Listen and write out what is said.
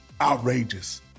outrageous